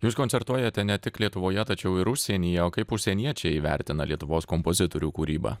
jūs koncertuojate ne tik lietuvoje tačiau ir užsienyje o kaip užsieniečiai įvertina lietuvos kompozitorių kūrybą